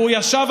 והוא ישב,